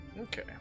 Okay